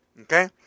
okay